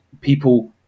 people